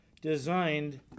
designed